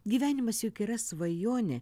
gyvenimas juk yra svajonė